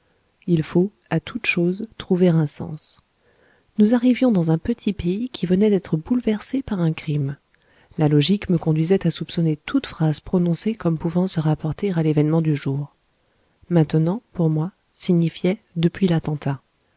il faut à toutes choses trouver un sens nous arrivions dans un petit pays qui venait d'être bouleversé par un crime la logique me conduisait à soupçonner toute phrase prononcée comme pouvant se rapporter à l'événement du jour maintenant pour moi signifiait depuis l'attentat